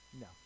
No